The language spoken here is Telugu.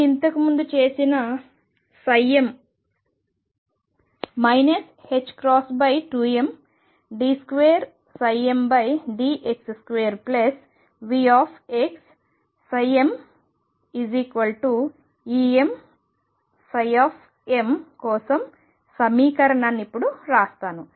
నేను ఇంతకు ముందు చేసిన m 22md2mdx2VxmEmm కోసం సమీకరణాన్ని ఇప్పుడు వ్రాస్తాను